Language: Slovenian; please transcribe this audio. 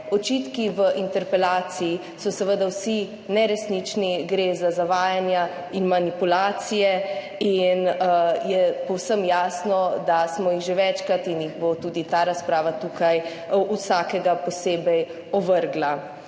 Očitki v interpelaciji so seveda vsi neresnični. Gre za zavajanja in manipulacije in je povsem jasno, da smo jih že večkrat in jih bo tudi ta razprava tukaj vsakega posebej ovrgla.